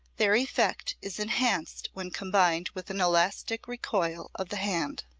their effect is enhanced when combined with an elastic recoil of the hand.